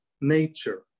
nature